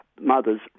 mothers